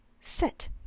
Sit